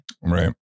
right